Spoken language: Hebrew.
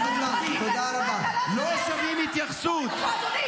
יש גם כאלה באופוזיציה הרואים עצמם